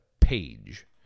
page